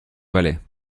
valet